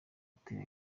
ateye